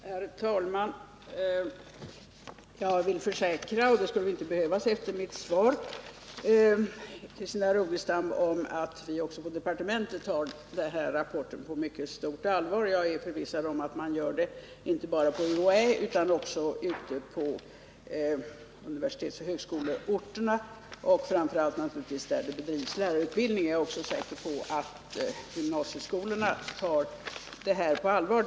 Herr talman! Jag kan — trots att det väl inte skall behövas efter mitt svar — försäkra Christina Rogestam att även vi på departementet tar denna rapport på mycket stort allvar. Och jag är förvissad om att man inte bara gör det på UHÄ, utan att man även gör det ute på universitetsoch högskoleorterna och, framför allt, där det bedrivs lärarutbildning. Jag är också säker på att gymnasieskolorna tar detta på allvar.